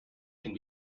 can